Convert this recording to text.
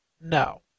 No